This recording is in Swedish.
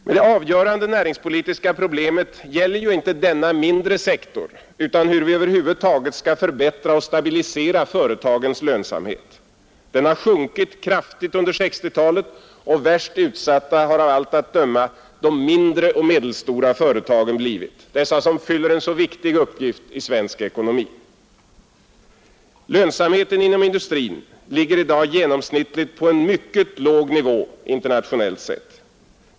Men det avgörande näringspolitiska problemet gäller ju inte denna mindre sektor utan hur vi över huvud taget skall förbättra och stabilisera företagens lönsamhet. Den har sjunkit kraftigt under 1960-talet, och värst utsatta har av allt att döma de mindre och medelstora företagen blivit, dessa företag som ändå fyller en så viktig uppgift i svensk ekonomi. Lönsamheten inom industrin ligger i dag genomsnittligt på en mycket låg nivå, internationellt sett.